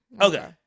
Okay